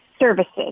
services